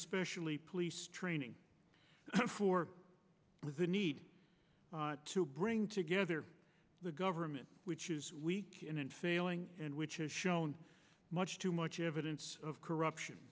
especially police training for the need to bring together the government which is weak in and failing and which has shown much too much evidence of corruption